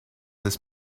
this